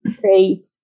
Great